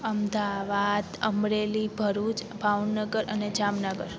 अहमदाबाद अमरेली भरूच भावनगर अने जामनगर